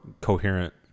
coherent